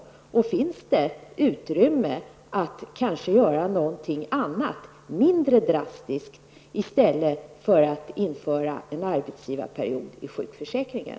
Finns det kanske utrymme att göra något annat, mindre drastiskt, i stället för att införa en arbetsgivarperiod i sjukförsäkringen?